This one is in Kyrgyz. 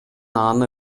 аны